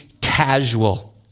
casual